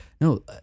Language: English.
no